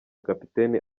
kapiteni